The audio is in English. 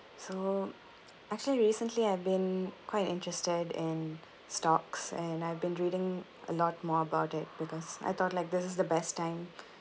so actually recently I've been quite interested in stocks and I've been reading a lot more about it because I thought like this is the best time